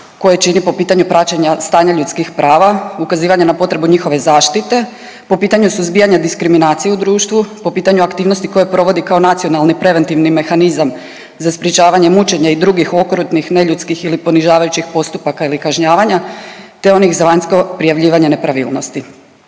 koje čini po pitanju praćenja stanja ljudskih prava, ukazivanja na potrebu njihove zaštite, po pitanju suzbijanja diskriminacije u društvu, po pitanju aktivnosti koje provodi kao nacionalni preventivni mehanizam za sprječavanje mučenja i drugih okrutnih, neljudskih ili ponižavajućih postupaka ili kažnjavanja te onih za vanjsko prijavljivanje nepravilnosti.